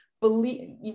believe